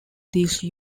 these